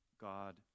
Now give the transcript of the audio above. God